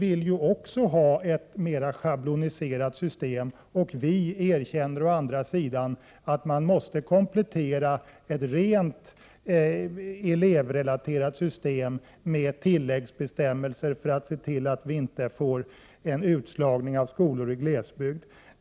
Ni i centern vill också ha ett mera schabloniserat system, och vi erkänner att ett rent elevrelaterat system måste kompletteras med tilläggsbestämmelser för att det inte skall ske en utslagning av skolor i glesbygd.